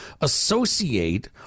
associate